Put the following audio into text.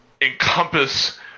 encompass